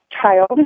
child